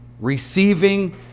receiving